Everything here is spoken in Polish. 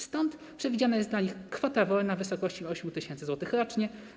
Stąd przewidziana jest dla nich kwota wolna w wysokości 8 tys. zł rocznie.